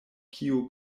kio